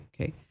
Okay